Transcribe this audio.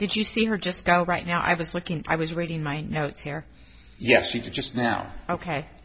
did you see her just go right now i was looking i was reading my notes here yes she did just now ok